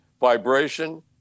vibration